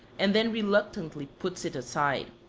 and then reluctantly puts it aside.